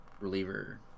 reliever